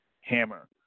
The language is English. Hammer